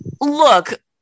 Look